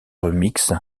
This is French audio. remix